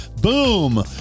boom